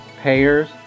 payers